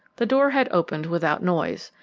the door had opened without noise,